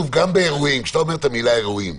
כשאתה אומר: אירועים,